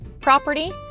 property